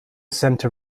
center